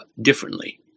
differently